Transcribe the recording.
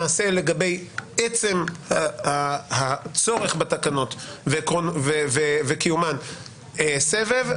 נעשה לגבי עצם הצורך בתקנות וקיומן סבב,